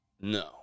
No